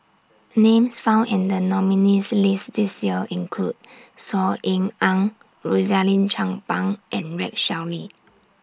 Names found in The nominees' list This Year include Saw Ean Ang Rosaline Chan Pang and Rex Shelley